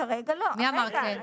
מי אמר "כן"?